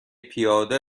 پیاده